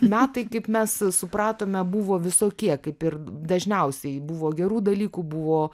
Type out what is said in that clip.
metai kaip mes supratome buvo visokie kaip ir dažniausiai buvo gerų dalykų buvo